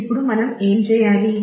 ఇప్పుడు మనం ఏమి చేయాలి